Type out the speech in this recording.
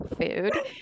food